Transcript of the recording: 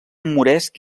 moresc